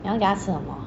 你要给它吃什么